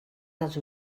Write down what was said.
dels